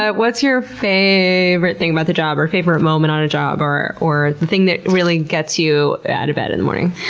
ah what's your favorite thing about the job, or favorite moment on a job? or the thing that really gets you out of bed in the morning?